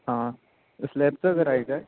हां स्लॅबचा करायचं आहे